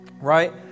Right